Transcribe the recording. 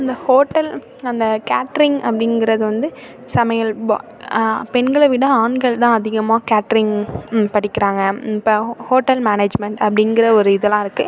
இந்த ஹோட்டல் அந்த கேட்ரிங் அப்படிங்கிறது வந்து சமையல் பா பெண்களை விட ஆண்கள்தான் அதிகமாக கேட்ரிங் படிக்கிறாங்க இப்போ ஹோ ஹோட்டல் மேனேஜ்மெண்ட் அப்படிங்கிற ஒரு இதெல்லாம் இருக்குது